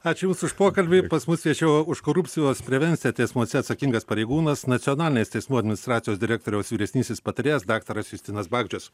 ačiū jums už pokalbį pas mus viešėjo už korupcijos prevenciją teismuose atsakingas pareigūnas nacionalinės teismų administracijos direktoriaus vyresnysis patarėjas daktaras justinas bagdžius